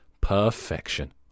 Perfection